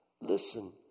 listen